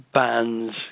bands